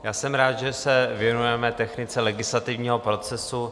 Já jsem rád, že se věnujeme technice legislativního procesu.